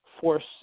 force